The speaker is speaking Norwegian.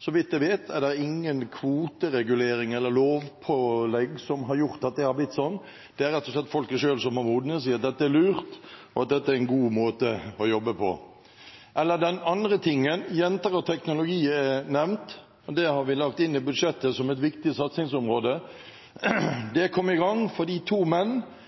Så vidt jeg vet, er det ingen kvotereguleringer eller lovpålegg som har gjort at det har blitt sånn. Det er rett og slett folket selv som har funnet ut at dette er lurt, og at dette er en god måte å jobbe på. I tillegg er jenter og teknologi nevnt. Det har vi lagt inn i budsjettet som et viktig satsingsområde. Det kom i gang fordi to menn